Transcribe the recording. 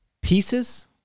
pieces